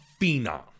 phenom